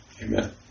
Amen